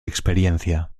experiencia